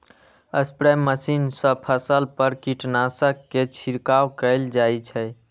spray मशीन सं फसल पर कीटनाशक के छिड़काव कैल जाइ छै